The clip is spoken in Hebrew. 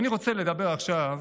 אני רוצה לדבר עכשיו